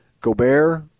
Gobert